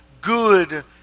good